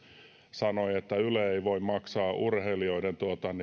sanoi että yle ei voi maksaa urheilijoiden